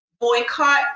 boycott